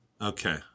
Okay